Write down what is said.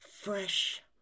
Fresh